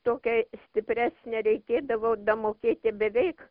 tokią stipresnę reikėdavo mokėti beveik